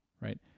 right